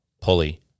pulley